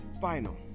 final